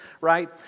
right